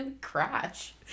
crash